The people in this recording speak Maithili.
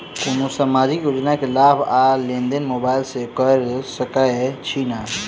कोनो सामाजिक योजना केँ लाभ आ लेनदेन मोबाइल सँ कैर सकै छिःना?